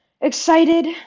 excited